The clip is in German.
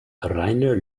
reiner